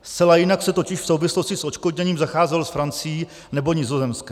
Zcela jinak se totiž v souvislosti s odškodněním zacházelo s Francií nebo Nizozemskem.